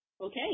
Okay